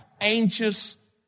anxious